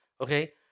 okay